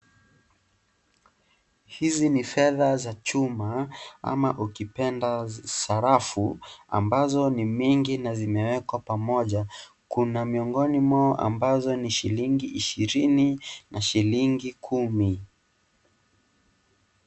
Hizi ni fedha za chuma ama ukipenda sarafu ambazo ni mingi na zimewekwa pamoja kuna miongini mwao ambazo ni shilingi ishirini na shilingi kumi.